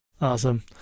Awesome